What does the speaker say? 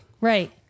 Right